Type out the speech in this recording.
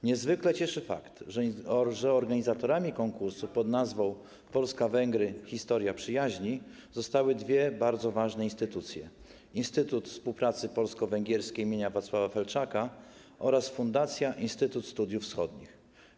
Niezwykle cieszy fakt, że organizatorami konkursu pn. „Polska - Węgry, historia przyjaźni” zostały dwie bardzo ważne instytucje: Instytut Współpracy Polsko-Węgierskiej im. Wacława Felczaka oraz Fundacja Instytut Studiów Wschodnich.